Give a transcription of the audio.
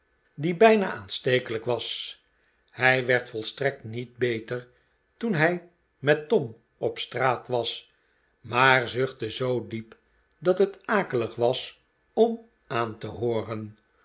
die bijna aanstekelijk was hij werd volstrekt niet beter toen hij met tom op straat was maar zuchtte zoo diep r dat het akelig was om aan te hooren